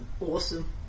awesome